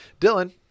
Dylan